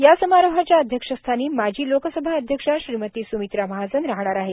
या समारोहाच्या अध्यक्षस्थानी माजी लोकसभा अध्यक्षा श्रीमती स्मित्रा महाजन राहणार आहेत